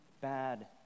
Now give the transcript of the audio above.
bad